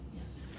Yes